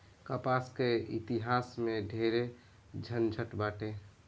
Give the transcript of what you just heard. कपास के इतिहास में ढेरे झनझट बाटे